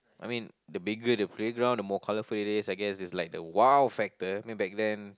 I mean the bigger the playground the more colorful it is I guess it's like the !wow! factor then back then